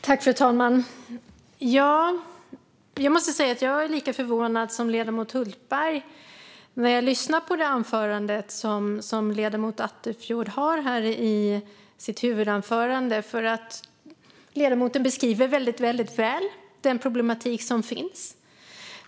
Fru talman! Jag måste säga att jag blev lika förvånad som ledamoten Hultberg när jag lyssnade på ledamoten Attefjords huvudanförande. Ledamoten beskriver nämligen väldigt väl den problematik som finns.